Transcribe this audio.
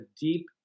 deep